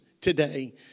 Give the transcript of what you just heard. today